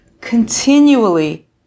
continually